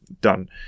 done